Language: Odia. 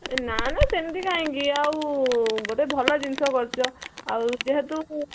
ଏ ନା ନା ସେମିତି କାହିଁକି ଆଉ ଗୋଟେ ଭଲ ଜିନିଷ କରୁଛ ଆଉ ଯେହେତୁ